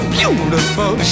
beautiful